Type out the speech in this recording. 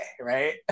right